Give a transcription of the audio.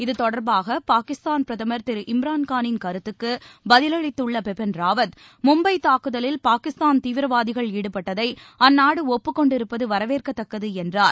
இத்தொடர்பாகபாகிஸ்தான் பிரதமர் திரு இம்ரான்கானின் கருத்துக்குபதிலளித்துள்ளபிபின் ராவத் பாகிஸ்தான் மும்பைதாக்குதலில் தீவிரவாதகள் ஈடுபட்டதைஅந்நாடுஒப்புக் கொண்டிருப்பதுவரவேற்கத்தக்கதுஎன்றார்